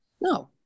No